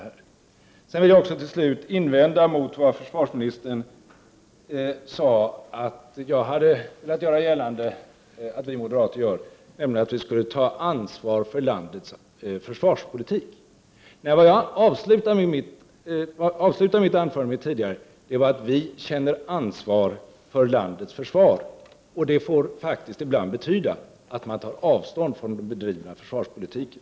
Till slut vill jag också invända mot försvarsministerns påstående att jag hade velat göra gällande att vi moderater tar ansvar för landets försvarspolitik. Jag avslutade mitt tidigare anförande med att säga att vi känner ansvar för landets försvar och att det ibland faktiskt får betyda att man tar avstånd från den bedrivna försvarspolitiken.